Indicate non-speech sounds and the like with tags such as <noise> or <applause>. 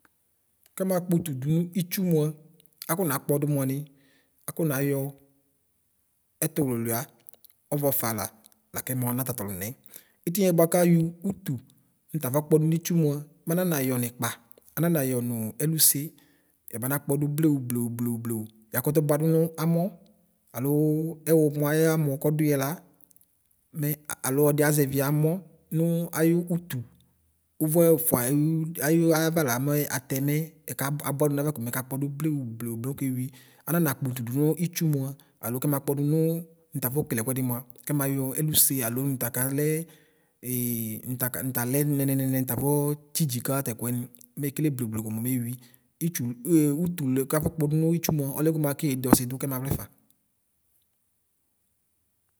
Kɛmakpɔ ʋtʋ dʋnʋ mʋa akɔ nakpɔdʋ mʋani akɔnayɔ ɛtʋlʋlʋia ɔvɔ fala lakɛ mɔna tatɔlʋnɛ itiniɛ bʋakayɔ ʋtʋ nʋ tafɔ kpɔdʋ nitsʋ mʋa mananayɔ nikpa ananayɔ nʋ ɛlʋse yabana kpɔdʋ blewʋ blewʋ blewʋ yakʋtʋ bʋadʋ nʋ amɔ alo ɛwʋmɔ ayamɔ kɔdʋyɛ la mɛ a alo ɔdi azɛvi amɔ nʋ ayʋ ʋtʋ wʋ lɛfʋa ayʋ ayaʋa la mɛ ata mɛ ɛkabʋa abʋadʋ nayewa mɛka kpɔdʋ blewʋ blewʋ mɛ okewi ananakpʋtʋ dʋnʋ itsʋ mʋa alʋ kɛmakpɔ dʋnʋ natafɔ kele ɛkʋɛdi mʋa kɛmayɔ ɛlʋse alo nʋtaka lɛ <hesitation> nʋtalɛ nɛmɛ nɛ nʋ tafɔ tsitsika tɛkʋɛ nɩ metele blewʋ blewʋ komɛ omewi ɩtsʋlʋ itʋlʋ kafɔ kpɔdʋ nʋtsʋ mʋa ɔlɛ ko mʋ alɛke yede ɔsidʋ kɛmaʋlɛ fa.